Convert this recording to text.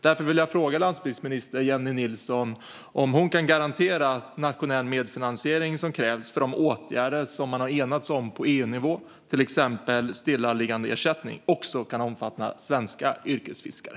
Därför vill jag fråga landsbygdsminister Jennie Nilsson om hon kan garantera den nationella medfinansiering som krävs för att de åtgärder som man har enats om på EU-nivå, till exempel stillaliggandeersättning, också ska kunna omfatta svenska yrkesfiskare.